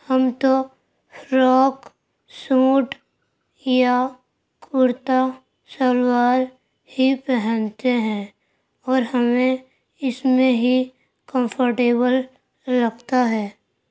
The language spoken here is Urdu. ہم تو فراک سوٹ یا کرتا شلوار ہی پہنتے ہیں اور ہمیں اس میں ہی کمفرٹیبل لگتا ہے